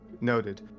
Noted